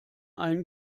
allen